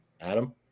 Adam